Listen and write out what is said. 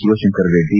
Shivashankar Reddy